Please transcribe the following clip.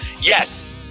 Yes